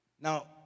Now